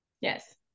yes